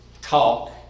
talk